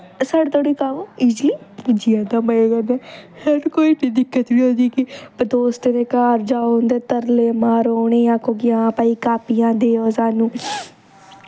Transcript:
साढ़े धोड़ी कम्म ईजी पुज्जी जंदा मज़े कन्नै सानू इ'न्नी कोई दिक्कत नी आंदा कि दोस्तें दे घर जाओ उं'दे तरले मारो उ'नें आक्खो कि हां भाई कापियां देओ सानू